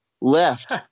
left